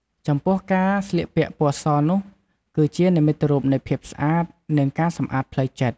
ចំពោះការស្លៀកពាក់ពណ៍សនុះគឺជានិមិត្តរូបនៃភាពស្អាត និងការសំអាតផ្លូវចិត្ត។